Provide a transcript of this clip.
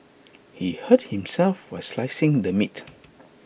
he hurt himself while slicing the meat